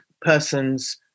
person's